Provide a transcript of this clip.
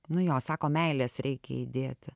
nu jo sako meilės reikia įdėti